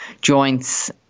joints